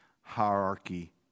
hierarchy